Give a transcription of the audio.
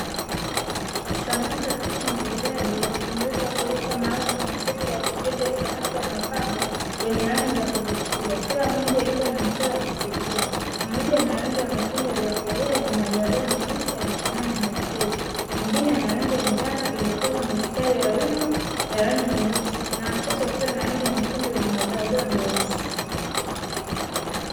Samaki watatu maridadi wenye uwezo wa kuleta mauzo kwenye sekta ya ufugaji wa samaki wa mapambo wenye rangi za kuvutia. Kila mmoja akiwa na mchoro wa kipekee. Mmoja ana rangi ya machungwa iliyokolea yenye madoadoa meusi yanayofanana na chui, mwingine ana rangi ya njano iliyochorwa mistari ya wima ya rangi nyeusi na watatu wakiwa na rangi nyekundu yenye madoadoa meusi.